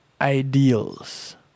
ideals